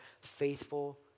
faithful